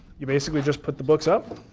you basically just put the books up,